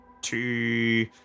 Two